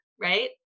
right